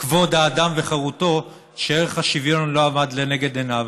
כבוד האדם וחירותו שערך השוויון לא עמד לנגד עיניו.